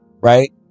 Right